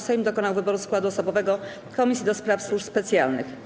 Sejm dokonał wyboru składu osobowego Komisji do Spraw Służb Specjalnych.